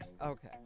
Okay